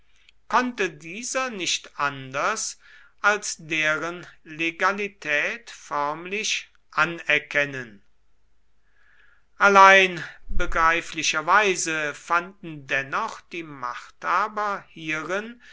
konnte dieser nicht anders als deren legalität förmlich anerkennen allein begreiflicherweise fanden dennoch die machthaber hierin